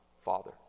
Father